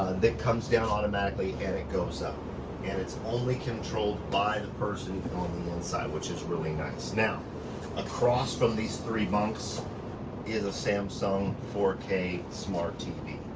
that comes down automatically and it goes up and it's only controlled by the person on the inside, which is really nice. now across from these three bunks is a samsung four k smart tv.